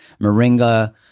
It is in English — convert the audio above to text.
Moringa